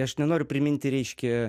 aš nenoriu priminti reiškia